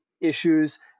issues